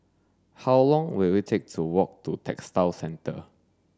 how long will it take to walk to Textile Centre